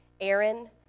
Aaron